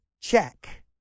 check